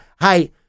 hey